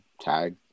tag